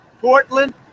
Portland